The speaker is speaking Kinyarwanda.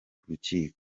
rukiko